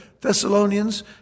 Thessalonians